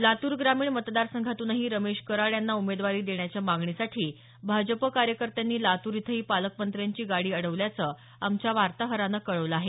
लातूर ग्रामीण मतदारसंघातूनही रमेश कराड यांना उमेदवारी देण्याच्या मागणीसाठी भाजप कार्यकर्त्यांनी लातूर इथंही पालकमंत्र्यांची गाडी अडवल्याचं आमच्या वार्ताहरानं कळवलं आहे